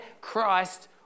Christ